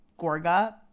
Gorga